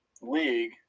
league